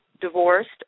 divorced